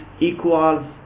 equals